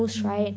mm